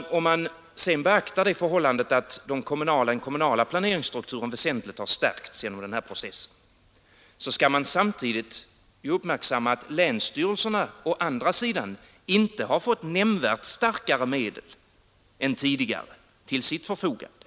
Om man sedan beaktar det förhållandet att den kommunala planeringsstrukturen väsentligt har stärkts genom den här processen, så skall man samtidigt uppmärksamma att länsstyrelserna å andra sidan inte har fått nämnvärt starkare medel än tidigare till sitt förfogande.